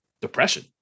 depression